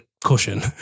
cushion